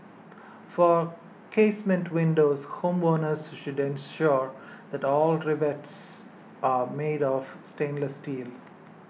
for casement windows homeowners should ensure that all rivets are made of stainless steel